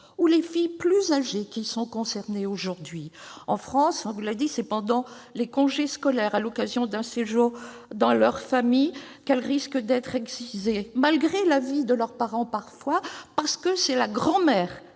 et les filles plus âgées sont également concernés aujourd'hui. En France, on vous l'a dit, c'est pendant les congés scolaires, à l'occasion d'un séjour dans leur famille qu'elles risquent d'être excisées, parfois malgré l'avis de leurs parents, parce que c'est la grand-mère